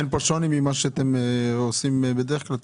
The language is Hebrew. אין פה שוני ממה שאתם עושים בדרך-כלל?